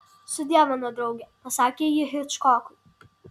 sudie mano drauge pasakė ji hičkokui